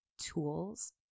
tools